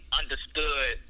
understood